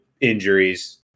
injuries